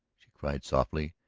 she cried softly.